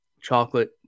Chocolate